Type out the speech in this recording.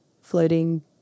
floating